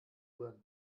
rühren